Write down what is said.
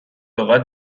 لغات